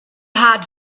had